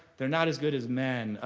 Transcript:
they're not as good as men,